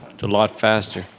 a lot faster.